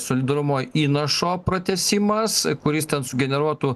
solidarumo įnašo pratęsimas kuris ten sugeneruotų